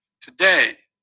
Today